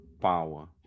power